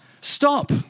stop